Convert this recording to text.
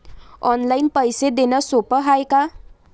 Online पैसे देण सोप हाय का?